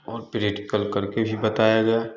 और प्रेक्टिकल करके भी बताया गया